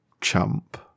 chump